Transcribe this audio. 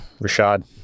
Rashad